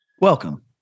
Welcome